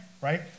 right